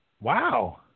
Wow